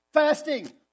Fasting